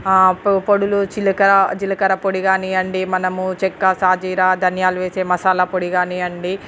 పొ పొడులు జీలకర్ర జీలకర్ర పొడి కానీయ్యండి మనము చెక్క సాజీరా ధనియాలు వేసే మసాలా పొడి కానీయ్యండి